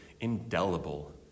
indelible